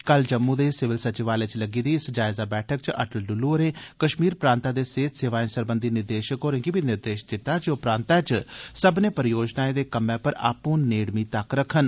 कल जम्मू दे सिविल संचिवालय च लग्गी दी इस जायजा बैठक च अटल डुल्लू होरें कश्मीर प्रांतै दे सेहत सेवाएं सरबंघी निदेशक होरें गी बी निर्देश दित्ता जे ओह प्रांतै च सब्मने परियोजनाएं दे कम्मै पर आपूं नेड़मी तक्क रक्खन